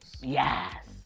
Yes